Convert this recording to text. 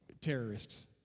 terrorists